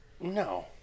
No